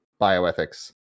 bioethics